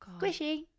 Squishy